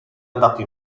andato